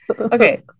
Okay